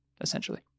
essentially